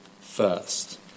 first